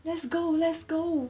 let's go let's go